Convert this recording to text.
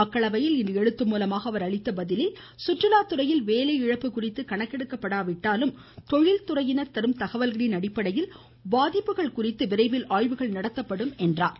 மக்களவை இன்று எழுத்துமூலமாக அவர் அளித்த பதிலில் சுற்றுலா துறையில் வேலை இழப்பு குறித்து கணக்கெடுக்கப்படா விட்டாலும் தொழில்துறையினர் தரும் தகவல்களின் அடிப்படையில் பாதிப்புகள் குறித்து விரைவில் ஆய்வுகள் நடத்தப்படும் என்றும் கூறினார்